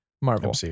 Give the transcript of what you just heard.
Marvel